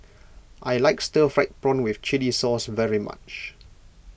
I like Stir Fried Prawn with Chili Sauce very much